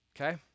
okay